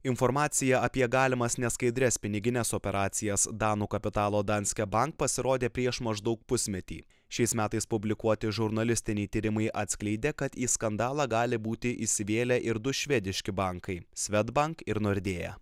informacija apie galimas neskaidrias pinigines operacijas danų kapitalo danske bank pasirodė prieš maždaug pusmetį šiais metais publikuoti žurnalistiniai tyrimai atskleidė kad į skandalą gali būti įsivėlę ir du švediški bankai swedbank ir nordea